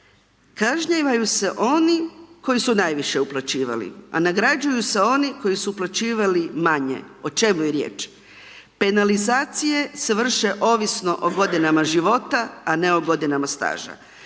kažnjavaju se oni koji su najviše uplaćivali, a nagrađuju se oni koji su uplaćivali manje. O čemu je riječ? Penalizacije se vrše ovisno o godinama života, a ne o godinama staža.